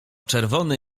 czerwony